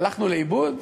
הלכנו לאיבוד?